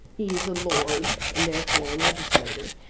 he is a lord, and therefore a legislator,